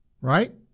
right